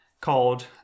called